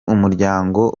umuryango